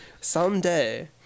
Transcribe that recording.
Someday